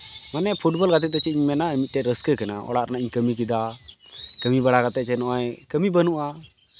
ᱢᱟᱱᱮ ᱯᱷᱩᱴᱵᱚᱞ ᱜᱟᱛᱮᱜ ᱫᱚ ᱪᱮᱫ ᱤᱧ ᱢᱮᱱᱟ ᱢᱤᱫᱴᱮᱡ ᱨᱟᱹᱥᱠᱟᱹ ᱠᱟᱱᱟ ᱚᱲᱟᱜ ᱨᱮᱱᱟᱜ ᱤᱧ ᱠᱟᱹᱢᱤ ᱠᱮᱫᱟ ᱠᱟᱹᱢᱤ ᱵᱟᱲᱟ ᱠᱟᱛᱮᱫ ᱡᱮ ᱱᱚᱜᱼᱚᱭ ᱠᱟᱹᱢᱤ ᱵᱟᱹᱱᱩᱜᱼᱟ